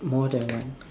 more than one